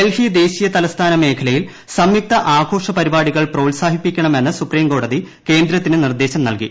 ഡൽഹി ദേശീയ തലസ്ഥാന മേഖലയിൽ സംയുക്ത ആഘോഷ്മ പരിപാടികൾ പ്രോത്സാഹിപ്പിക്കണമെന്ന് സുപ്രീംകോടതി കേന്ദ്രത്തിന് നിർദ്ദേശം നൽകി